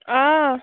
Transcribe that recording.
অঁ